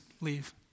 leave